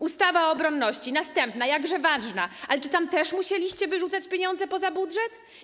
Ustawa o obronności, następna, jakże ważna - ale czym tam też musieliście wyrzucać pieniądze poza budżet?